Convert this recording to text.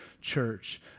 church